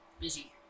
busy